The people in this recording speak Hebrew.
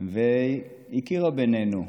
והיא הכירה בינינו.